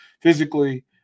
physically